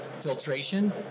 Filtration